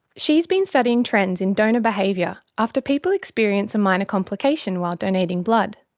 she's been studying trends in donor behaviour after people experience a minor complication while donating blood,